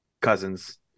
cousins